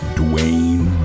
dwayne